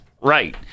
Right